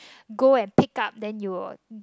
go and pick up then you'll